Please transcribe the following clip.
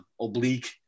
oblique